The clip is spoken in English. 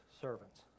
servants